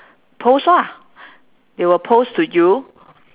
post lah they will post to you